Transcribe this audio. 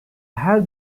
her